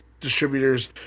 Distributors